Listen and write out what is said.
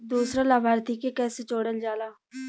दूसरा लाभार्थी के कैसे जोड़ल जाला?